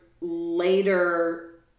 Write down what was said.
later